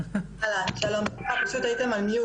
שלום, אנחנו הכנו נייר